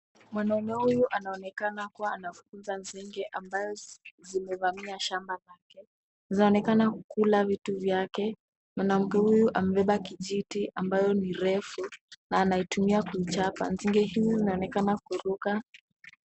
Mwanaume huyu anaonekana kuwa anafukuza nzinge ambayo zimevamia shamba lake, zinaonekana Kula vitu vyake , mwanamke huyu amebeba kijiti ambayo ni refu na anatumia kuichapa, nzinge hizi zinaonekana kuruka.